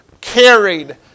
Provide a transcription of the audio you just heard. carried